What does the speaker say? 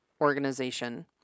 Organization